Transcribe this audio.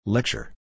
Lecture